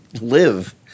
live